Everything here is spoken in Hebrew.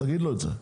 תגיד לו את זה.